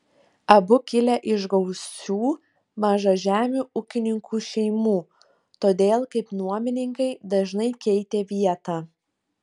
abu kilę iš gausių mažažemių ūkininkų šeimų todėl kaip nuomininkai dažnai keitė vietą